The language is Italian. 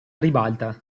ribalta